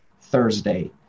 Thursday